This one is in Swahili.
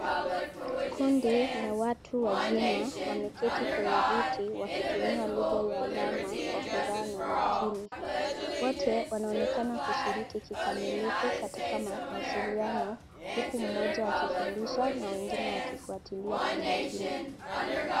Kundi la watu wazima wameketi kwenye viti wakitumia lugha ya alama kwa furaha na umakini. Wote wanaonekana kushiriki kikamilifu katika mawasiliano uku mmoja akifundisha na wengine wakifuatilia kwa makini.